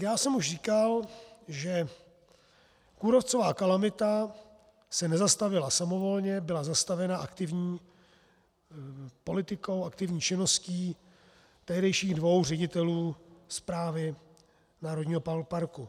Já jsem už říkal, že kůrovcová kalamita se nezastavila samovolně, byla zastavena aktivní politikou, aktivní činností tehdejších dvou ředitelů správy národního parku.